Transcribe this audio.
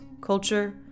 culture